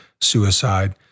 suicide